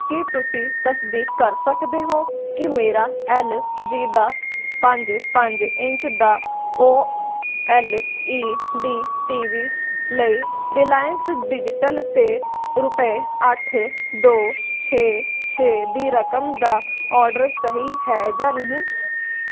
ਕੀ ਤੁਸੀਂ ਤਸਦੀਕ ਕਰ ਸਕਦੇ ਹੋ ਕਿ ਮੇਰਾ ਐੱਲ ਜੀ ਦਾ ਪੰਜ ਪੰਜ ਇੰਚ ਦਾ O L E D T V ਲਈ ਰਿਲਾਇੰਸ ਡਿਜੀਟਲ 'ਤੇ ਰੁਪਏ ਅੱਠ ਦੋ ਛੇ ਛੇ ਦੀ ਰਕਮ ਦਾ ਓਡਰ ਸਹੀ ਹੈ ਜਾਂ ਨਹੀਂ